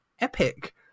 epic